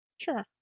Sure